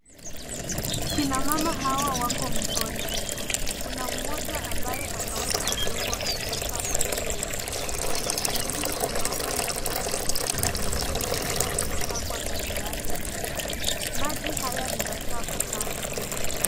Kina mama hawa wako mtoni. Kuna mmoja ambaye anaosha vyombo akiweka kwa trey. Mwingine anaosha mtungi na kuna zingine sita zimepangwa kando yake. Maji haya ni machafu sana.